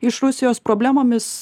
iš rusijos problemomis